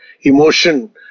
emotion